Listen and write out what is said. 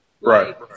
right